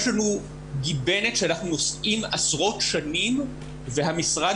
יש לנו גיבנת שאנחנו נושאים עשרות שנים והמשרד